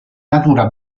natura